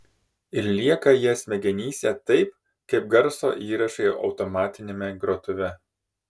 ir lieka jie smegenyse taip kaip garso įrašai automatiniame grotuve